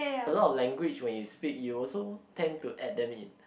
a lot of language when you speak you also tend to add them it